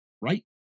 Right